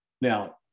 Now